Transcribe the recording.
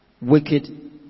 wicked